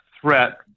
threat